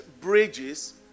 bridges